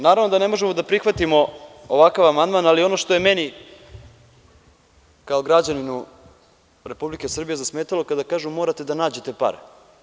Naravno da ne možemo da prihvatimo ovakav amandman, ali ono što je meni kao građaninu Republike Srbije zasmetalo, kada kažu – morate da nađete pare.